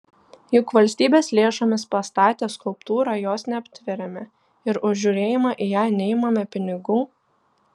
juk valstybės lėšomis pastatę skulptūrą jos neaptveriame ir už žiūrėjimą į ją neimame pinigų